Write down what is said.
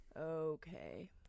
Okay